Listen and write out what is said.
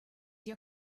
your